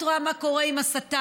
את רואה מה קורה עם הסתה,